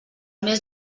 mes